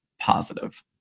positive